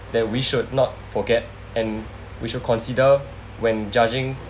that we should not forget and we should consider when judging